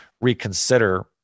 reconsider